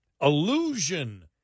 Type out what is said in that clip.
illusion